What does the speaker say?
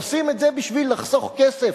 עושים את זה בשביל לחסוך כסף.